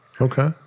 Okay